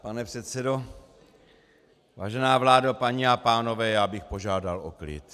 Pane předsedo, vážená vládo, paní a pánové, já bych požádal o klid.